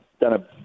done